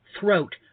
throat